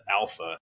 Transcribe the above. alpha